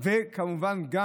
וכמובן גם